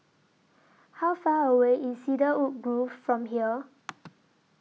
How Far away IS Cedarwood Grove from here